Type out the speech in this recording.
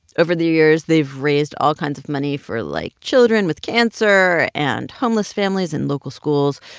over the years they've raised all kinds of money for, like, children with cancer and homeless families and local schools,